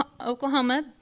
Oklahoma